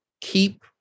keep